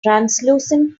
translucent